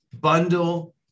bundle